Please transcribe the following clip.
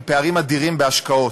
עם פערים אדירים בהשקעות.